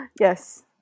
Yes